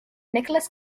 nicolas